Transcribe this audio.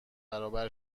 برابر